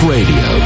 Radio